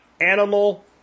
animal